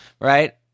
Right